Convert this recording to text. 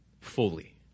fully